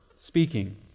speaking